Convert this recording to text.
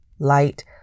light